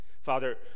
Father